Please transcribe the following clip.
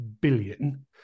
billion